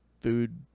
food